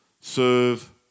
serve